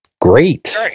great